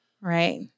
right